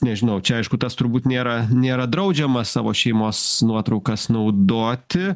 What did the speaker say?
nežinau čia aišku tas turbūt nėra nėra draudžiama savo šeimos nuotraukas naudoti